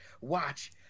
watch